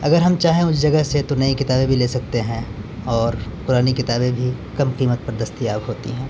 اگر ہم چاہیں اس جگہ سے تو نئی کتابیں بھی لے سکتے ہیں اور پرانی کتابیں بھی کم قیمت پر دستیاب ہوتی ہیں